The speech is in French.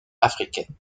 africaine